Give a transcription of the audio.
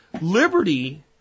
Liberty